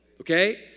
Okay